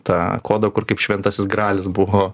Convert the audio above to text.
tą kodą kur kaip šventasis gralis buvo